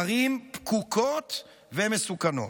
ערים פקוקות ומסוכנות.